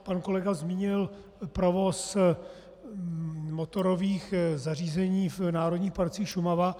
Pan kolega zmínil provoz motorových zařízení v národních parcích Šumava.